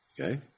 Okay